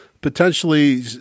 potentially